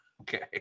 Okay